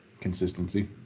consistency